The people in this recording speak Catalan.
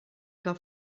que